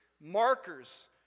markers